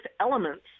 elements